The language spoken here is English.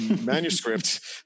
manuscript